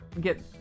get